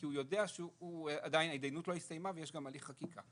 כי הוא יודע שעדיין ההתדיינות לא הסתיימה ויש גם הליך חקיקה.